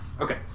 Okay